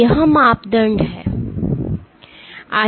यह मापदंड है